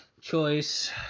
choice